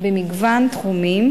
במגוון תחומים,